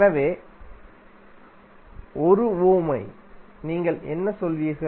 எனவே 1 ohm ohm நீங்கள் என்ன சொல்வீர்கள்